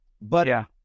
But-